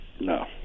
No